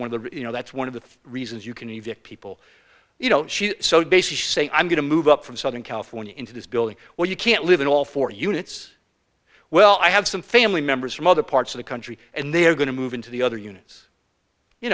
one of the you know that's one of the reasons you can even people you know she sewed bases say i'm going to move up from southern california into this building where you can't live in all four units well i have some family members from other parts of the country and they're going to move into the other units you